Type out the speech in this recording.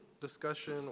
discussion